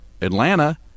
Atlanta